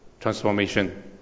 transformation